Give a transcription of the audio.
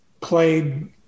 played –